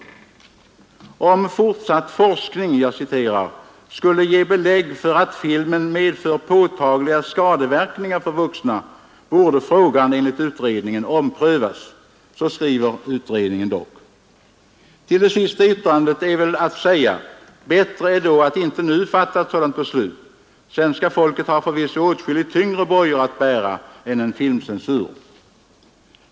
Jag citerar: ”Om fortsatt forskning skulle ge belägg för att filmen medför påtagliga skadeverkningar för vuxna, borde frågan enligt utredningen omprövas.” Till det sista yttrandet är väl att säga: Bättre är då att inte nu fatta ett sådant beslut. Svenska folket har förvisso åtskilligt tyngre bojor att bära än en filmcensur.